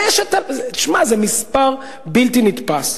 5,000, שמע, זה מספר בלתי נתפס.